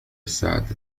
الساعة